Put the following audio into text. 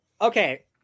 okay